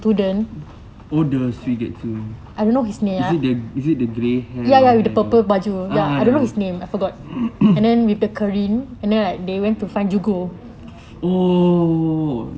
oh the swee diksun is it the is it the grey hair long hair ah that one oh oo